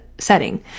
Setting